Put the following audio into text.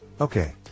Okay